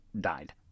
Died